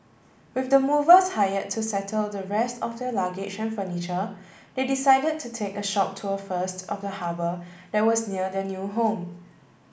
with the movers hired to settle the rest of their luggage and furniture they decided to take a short tour first of the harbour that was near their new home